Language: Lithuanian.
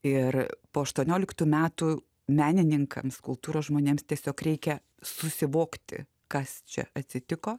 ir po aštuonioliktų metų menininkams kultūros žmonėms tiesiog reikia susivokti kas čia atsitiko